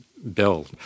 bill